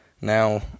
Now